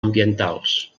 ambientals